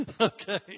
Okay